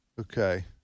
Okay